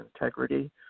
integrity